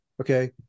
Okay